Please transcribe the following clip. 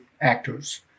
actors